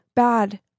bad